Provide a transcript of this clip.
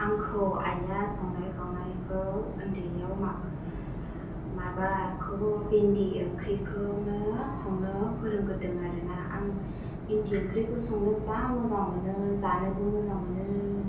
आंखौ आइया संनाय खावनायखौ उन्दैयाव माबाखौबो भिन्दि ओंख्रैखौनो संनो फोरोंग्रोदों आरोना आं बिन्दि ओंख्रैखौ संनो जा मोजां मोनो जानोबो मोजां मोनो